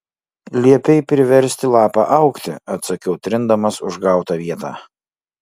liepei priversti lapą augti atsakau trindamasi užgautą vietą